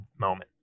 moment